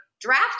draft